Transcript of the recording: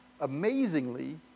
Amazingly